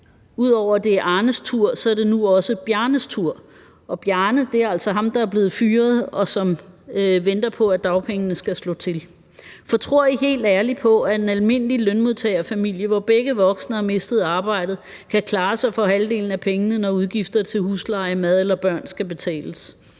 det er Arnes tur, er det nu også Bjarnes tur. Og Bjarne er altså ham, der er blevet fyret, og som venter på, at dagpengene skal slå til. Tror I helt ærligt på, at en almindelig lønmodtagerfamilie, hvor begge voksne har mistet arbejdet, kan klare sig for halvdelen af pengene, når udgifter til husleje, mad og børn skal betales?